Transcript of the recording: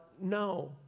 no